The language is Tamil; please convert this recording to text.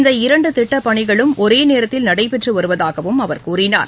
இந்த இரண்டு திட்டப்பணிகளும் ஒரே நேரத்தில் நடைபெற்று வருவதாகவும் அவர் கூறினார்